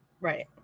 Right